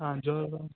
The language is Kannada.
ಹಾಂ ಜ್ವರ